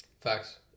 Facts